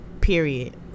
Period